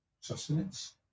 sustenance